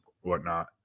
whatnot